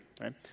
right